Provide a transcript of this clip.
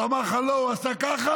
כשהוא אמר לך לא, הוא עשה ככה?